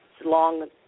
long